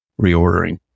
reordering